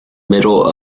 middle